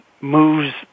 moves